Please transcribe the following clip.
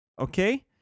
Okay